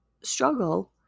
struggle